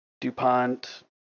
DuPont